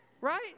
Right